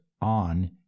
on